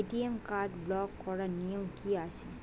ATM card block করার নিয়ম কি আছে?